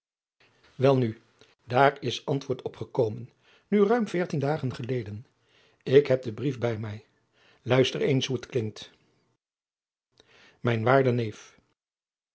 welnu daar is antwoord op gekomen nu ruim veertien dagen geleden ik heb den brief bij mij luister eens hoe het klinkt mijn waarde neef